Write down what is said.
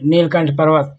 नीलकंठ पर्वत